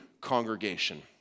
congregation